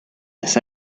las